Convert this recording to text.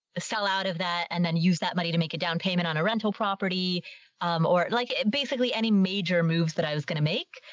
the sell out of that and then use that money to make a down payment on a rental property or like basically any major moves that i was gonna make.